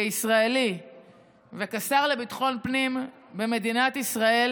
כישראלי וכשר לביטחון פנים במדינת ישראל,